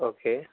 okay